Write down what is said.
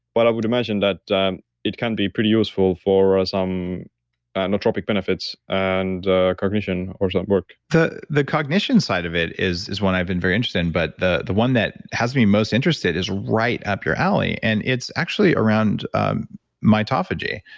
but i would imagine that it can be pretty useful for ah some nootropic benefits and cognition or something work the the cognition side of it is is one i've been very interested in. but the the one that has me most interested is right up your alley. and it's actually around um mitophagy.